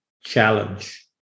challenge